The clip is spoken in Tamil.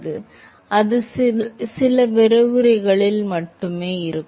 மாணவர் அது சில விரிவுரைகள் மீண்டும்